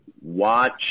watch